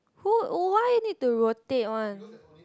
who oh why need to rotate one